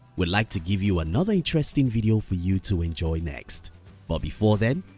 we'll like to give you another interesting video for you to enjoy next but before then,